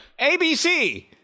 ABC